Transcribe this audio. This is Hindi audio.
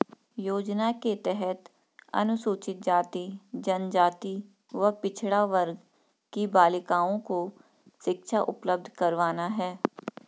योजना के तहत अनुसूचित जाति, जनजाति व पिछड़ा वर्ग की बालिकाओं को शिक्षा उपलब्ध करवाना है